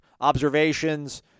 Observations